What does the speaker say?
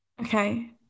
Okay